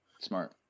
Smart